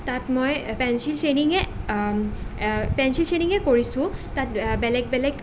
তাত মই পেঞ্চিল চেডিঙে পেঞ্চিল ছেডিঙে কৰিছোঁ তাত বেলেগ বেলেগ